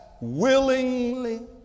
willingly